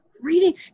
reading